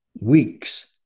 weeks